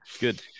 good